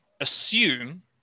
assume